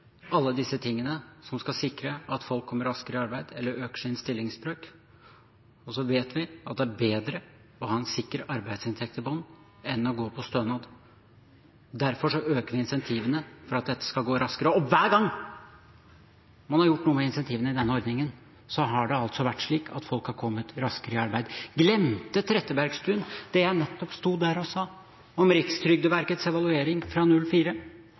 alle disse tingene som skal sikre at folk kommer raskere i arbeid eller øker sin stillingsbrøk. Så vet vi at det er bedre å ha en sikker arbeidsinntekt i bunnen enn å gå på stønad. Derfor øker vi insentivene for at dette skal gå raskere. Hver gang man har gjort noe med insentivene i denne ordningen, har det vært slik at folk har kommet raskere i arbeid. Glemte Trettebergstuen det jeg nettopp sto og sa, om Rikstrygdeverkets evaluering fra